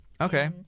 Okay